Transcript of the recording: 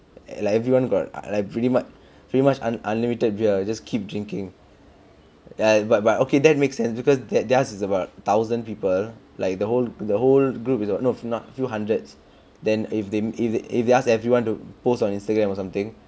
like everyone got like pretty much pretty much un unlimited beer you just keep drinking and but but okay that makes sense because theirs is about thousand people like the whole the whole group is not not not few hundreds then if they if if you ask everyone to post on Instagram or something